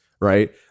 right